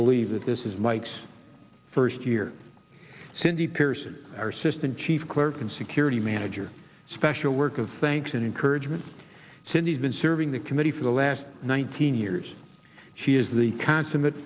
believe that this is mike's first year cindy pearson our system chief clerk and security manager special work of thanks and encouragement cindy's been serving the committee for the last nineteen years she is the consummate